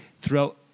throughout